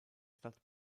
stadt